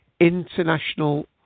International